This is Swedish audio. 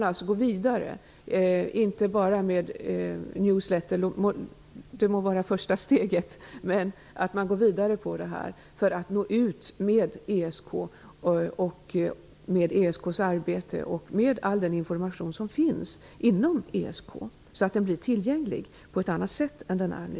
Ett ''newsletter'' må vara första steget, men man måste gå vidare för att nå ut med ESK och med ESK:s arbete så att all den information som finns inom ESK blir tillgänglig på ett annat sätt än den är nu.